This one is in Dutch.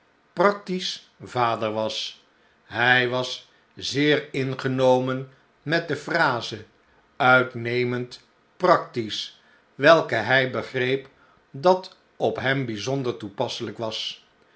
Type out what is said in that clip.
practisch vader was hij was zeer ingenomen met de phrase uitnemend practisch welke hij begreep dat op hem bijzonder toepasselijk was